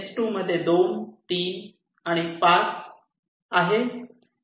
S2 मध्ये 2 3 आणि 5 आणि आहे